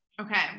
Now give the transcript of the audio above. Okay